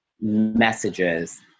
messages